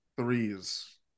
threes